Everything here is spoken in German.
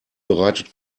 bereitet